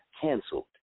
canceled